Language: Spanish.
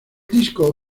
disco